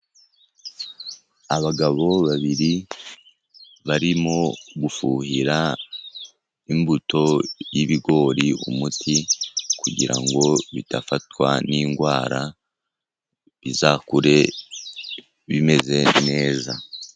Abagabo babiri barimo gufuhira imbuto y'ibigori umuti, kugira ngo bidafatwa n'indwara, bizakure bimeze neza.